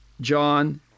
John